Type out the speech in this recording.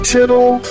Tittle